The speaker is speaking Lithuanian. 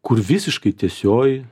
kur visiškai tiesioji